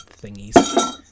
thingies